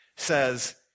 says